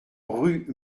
rue